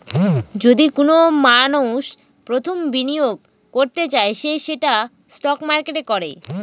যদি কোনো মানষ প্রথম বিনিয়োগ করতে চায় সে সেটা স্টক মার্কেটে করে